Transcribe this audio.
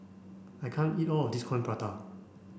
I can't eat all of this Coin Prata